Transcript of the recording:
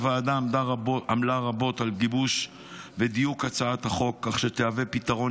הוועדה עמלה רבות על גיבוש ודיוק של הצעת החוק כך שתהווה פתרון